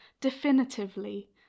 definitively